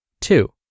Two